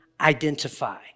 identify